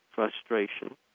frustration